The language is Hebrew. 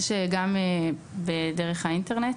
יש דרך האינטרנט,